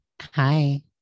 Hi